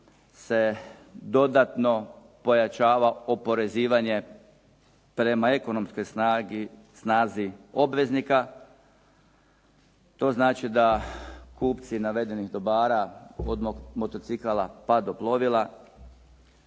se dodatno pojačava oporezivanje prema ekonomskoj snazi obveznika. To znači da kupci navedenih dobara od motocikala pa do plovila,